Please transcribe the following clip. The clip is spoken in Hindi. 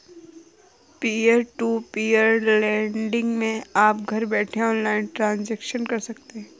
पियर टू पियर लेंड़िग मै आप घर बैठे ऑनलाइन ट्रांजेक्शन कर सकते है